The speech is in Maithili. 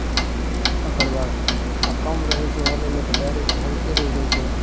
ओकर बाद आ कम रहै छै हेलय लेल तऽ डायरेक्ट हेलिते रहि जाइ छै